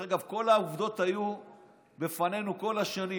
דרך אגב, כל העובדות היו בפנינו כל השנים.